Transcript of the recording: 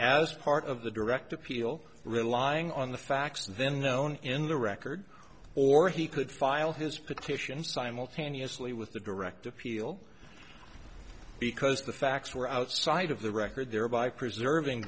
as part of the direct appeal relying on the facts then known in the record or he could file his petition simultaneously with the direct appeal because the facts were outside of the record thereby preserving